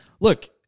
look